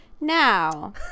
now